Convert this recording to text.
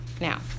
now